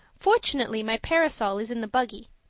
fortunately my parasol is in the buggy.